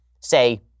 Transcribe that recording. say